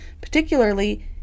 particularly